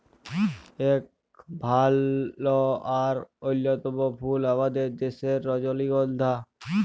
ইক ভাল আর অল্যতম ফুল আমাদের দ্যাশের রজলিগল্ধা